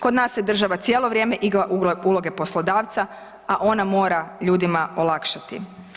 Kod nas se država cijelo vrijeme igra uloge poslodavca, a ona mora ljudima olakšati.